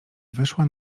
wyszła